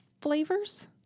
flavors